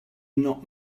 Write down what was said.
not